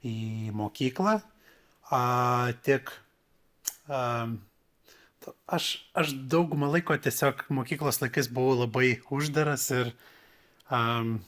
į mokyklą a tiek a aš aš daugumą laiko tiesiog mokyklos laikais buvau labai uždaras ir a